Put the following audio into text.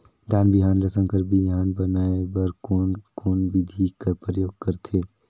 धान बिहान ल संकर बिहान बनाय बर कोन कोन बिधी कर प्रयोग करथे?